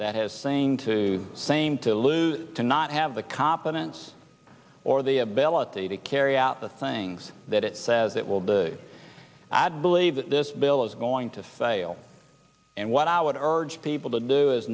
that has saying to same to lose to not have the competence or the ability to carry out the things that it says it will the ad believe that this bill is going to fail and what i would urge people to do is